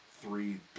three